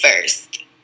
first